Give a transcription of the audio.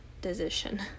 decision